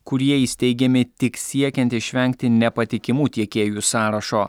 kurie įsteigiami tik siekiant išvengti nepatikimų tiekėjų sąrašo